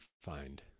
find